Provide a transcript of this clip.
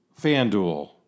FanDuel